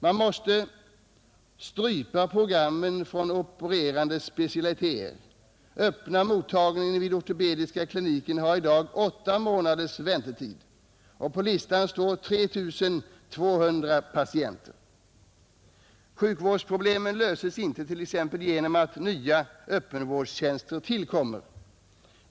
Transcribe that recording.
Man måste strypa programmen från opererande specialiteter. Öppna mottagningen vid ortopediska kliniken har i dag åtta månaders väntetid och på listan står 3 200 patienter. Sjukvårdsproblemen löses inte t.ex. genom att nya öppenvårdstjänster tillkommer.